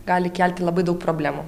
gali kelti labai daug problemų